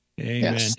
Amen